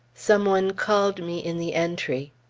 some one called me in the entry.